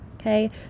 okay